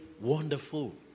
wonderful